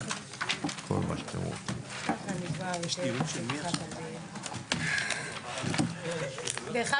10:38.